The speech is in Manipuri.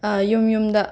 ꯌꯨꯝ ꯌꯨꯝꯗ